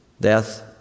death